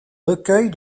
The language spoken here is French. recueils